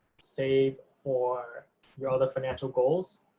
save for your other financial goals,